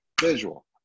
Visual